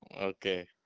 Okay